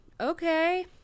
Okay